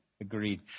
Agreed